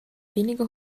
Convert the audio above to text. wenige